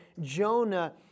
Jonah